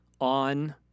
on